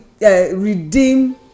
redeem